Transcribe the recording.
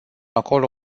acolo